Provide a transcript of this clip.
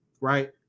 right